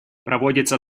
проводится